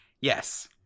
Yes